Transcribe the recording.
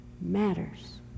matters